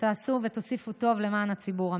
שתעשו ותוסיפו טוב למען הציבור,